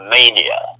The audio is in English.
Mania